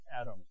Adam